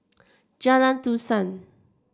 Jalan Dusan